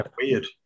Weird